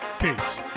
Peace